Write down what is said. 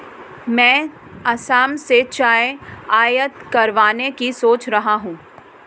मैं असम से चाय आयात करवाने की सोच रहा हूं